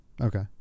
Okay